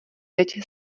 teď